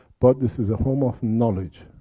but this is a home of knowledge,